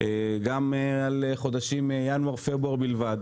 גם על חודשים ינואר ופברואר בלבד.